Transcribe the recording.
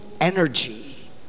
energy